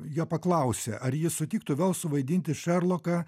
jo paklausė ar jis sutiktų vėl suvaidinti šerloką